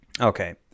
Okay